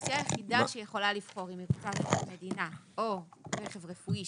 האוכלוסייה היחידה שיכולה לבחור אם היא צריכה רכב מדינה או רכב רפואי,